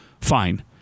fine